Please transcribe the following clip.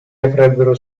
avrebbero